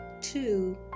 two